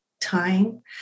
time